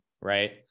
right